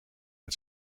het